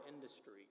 industry